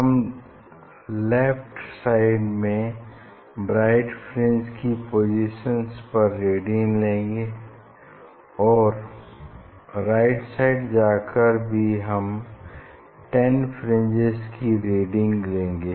हम left side में bright fringe की पोसिशन्स पर रीडिंग लेंगे और राइट साइड जाकर भी हम 10 फ्रिंजेस की रीडिंग लेंगे